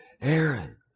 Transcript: Aaron